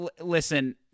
listen